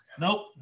Nope